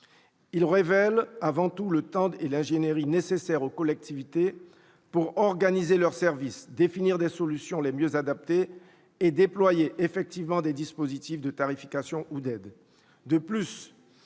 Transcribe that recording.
il révèle avant tout le temps et l'ingénierie nécessaires aux collectivités territoriales pour organiser leurs services, définir les solutions les mieux adaptées et déployer effectivement des dispositifs de tarification ou d'aide.